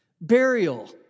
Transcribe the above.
Burial